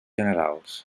generals